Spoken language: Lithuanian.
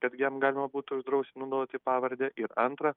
kad jam galima būtų uždrausti naudoti pavardę ir antra